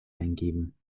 eingeben